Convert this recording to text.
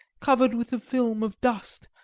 covered with a film of dust,